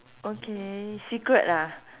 okay secret ah